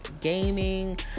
Gaming